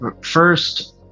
first